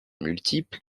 multiples